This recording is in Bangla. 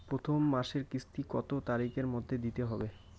প্রথম মাসের কিস্তি কত তারিখের মধ্যেই দিতে হবে?